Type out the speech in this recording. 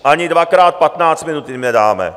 Ani dvakrát patnáct minut jim nedáme!